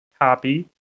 Copy